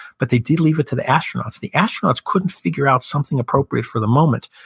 but they did leave it to the astronauts the astronauts couldn't figure out something appropriate for the moment.